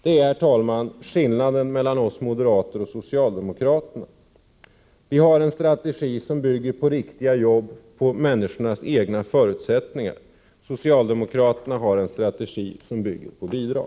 Det är, herr talman, skillnaden mellan oss moderater och socialdemokraterna. Vi har en strategi som bygger på riktiga jobb, på människornas egna förutsättningar. Socialdemokraterna har en strategi som bygger på bidrag.